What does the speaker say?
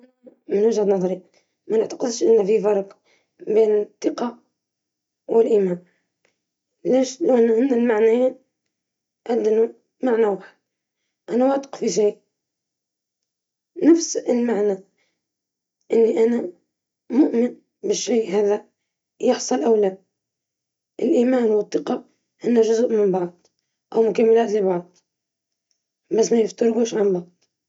نعم، أرى أن هناك فرقًا، الثقة تتعلق بالشعور بالأمان والقدرة على الاعتماد على الآخرين أو على نفسك في المواقف المختلفة، بينما الإيمان يتعلق بالإيمان بقيم أعمق وثابتة، سواء كان ذلك في الدين أو في المبادئ الشخصية.